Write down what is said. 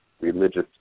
religious